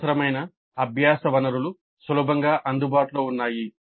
అవసరమైన అభ్యాస వనరులు సులభంగా అందుబాటులో ఉన్నాయి